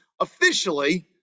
officially